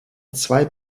zwei